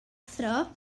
athro